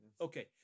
Okay